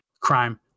crime